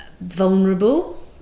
vulnerable